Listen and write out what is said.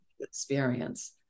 experience